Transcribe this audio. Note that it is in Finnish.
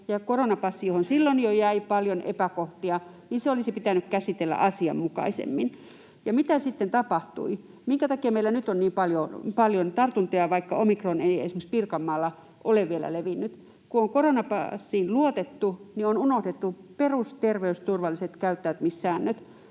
ja koronapassi, johon silloin jo jäi paljon epäkohtia, olisi pitänyt käsitellä asianmukaisemmin. Ja mitä sitten tapahtui? Minkä takia meillä nyt on niin paljon tartuntoja, vaikka omikron ei esimerkiksi Pirkanmaalla ole vielä levinnyt? Kun on koronapassiin luotettu, niin on unohdettu perusterveysturvalliset käyttäytymissäännöt.